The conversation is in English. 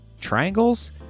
Triangles